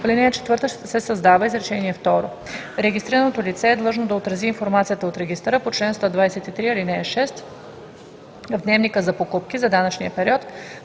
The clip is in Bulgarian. в ал. 4 се създава изречение второ: „Регистрираното лице е длъжно да отрази информацията от регистъра по чл. 123, ал. 6 в дневника за покупки за данъчния период,